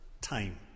time